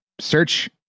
search